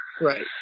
Right